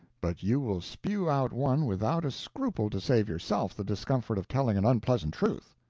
but you will spew out one without a scruple to save yourself the discomfort of telling an unpleasant truth.